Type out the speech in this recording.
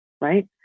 Right